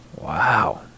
Wow